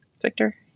Victor